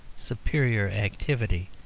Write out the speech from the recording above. superior activity,